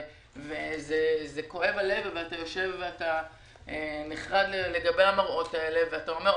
וכואב הלב ואתה נחרד לגבי המראות האלה ואתה אומר,